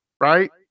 right